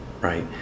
right